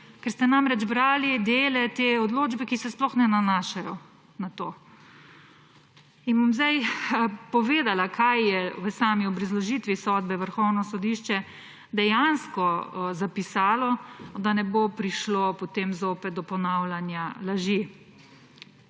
ker ste namreč brali dele te odločbe, ki se sploh ne nanašajo na to. In bom zdaj povedala, kaj je v sami obrazložitvi sodbe Vrhovno sodišče dejansko zapisalo, da ne bo prišlo potem zopet do ponavljanja laži.